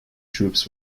troops